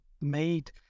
made